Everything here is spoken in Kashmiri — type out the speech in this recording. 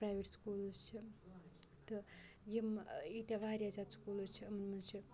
پرٛایٚویٹ سکوٗلٕز چھِ تہٕ یِم ییٖتیٛاہ واریاہ زیادٕ سکوٗلٕز یِمَن منٛز چھِ